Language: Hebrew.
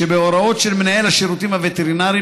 ובהוראות של מנהל השירותים הווטרינריים